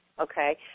Okay